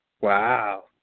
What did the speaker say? Wow